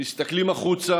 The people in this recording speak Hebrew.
הם מסתכלים החוצה